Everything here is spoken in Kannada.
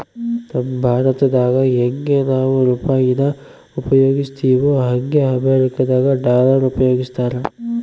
ನಮ್ ಭಾರತ್ದಾಗ ಯಂಗೆ ನಾವು ರೂಪಾಯಿನ ಉಪಯೋಗಿಸ್ತಿವೋ ಹಂಗೆ ಅಮೇರಿಕುದಾಗ ಡಾಲರ್ ಉಪಯೋಗಿಸ್ತಾರ